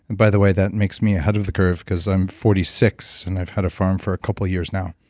by the way, that makes me ahead of the curve, because i'm forty six and i've had a farm for a couple years now